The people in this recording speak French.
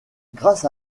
grâce